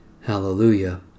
Hallelujah